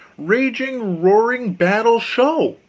raging, roaring battle, sho!